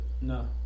No